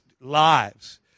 lives